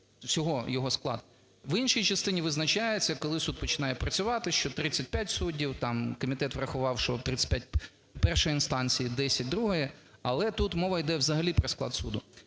В іншій частині визначається, коли суд починає працювати, що 35 суддів, там, комітет врахував, що 35 першої інстанції, 10 другої. Але тут мова йде взагалі про склад суду.